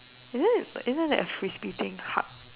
is it isn't that a Frisbee thing hard